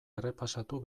errepasatu